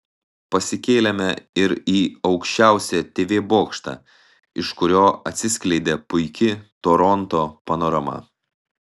pasikėlėme ir į aukščiausią tv bokštą iš kurio atsiskleidė puiki toronto panorama